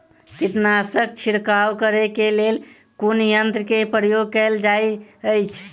कीटनासक छिड़काव करे केँ लेल कुन यंत्र केँ प्रयोग कैल जाइत अछि?